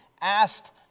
asked